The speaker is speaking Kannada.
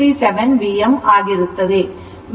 637 Vm ಆಗಿರುತ್ತದೆ